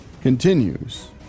continues